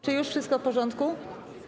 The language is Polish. Czy już wszystko w porządku?